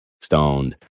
stoned